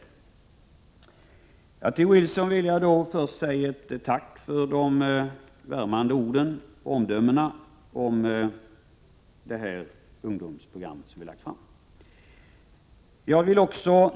Till Carl-Johan Wilson vill jag först säga ett tack för de värmande omdömena om det ungdomsprogram som vi har lagt fram.